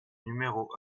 numéro